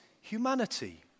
humanity